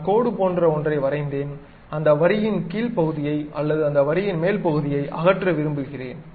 நான் கோடு போன்ற ஒன்றை வரைந்தேன் அந்த வரியின் கீழ் பகுதியை அல்லது அந்த வரியின் மேல் பகுதியை அகற்ற விரும்புகிறேன்